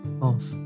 off